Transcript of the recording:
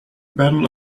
battle